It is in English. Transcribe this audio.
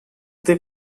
they